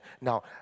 Now